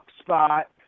spot